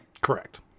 Correct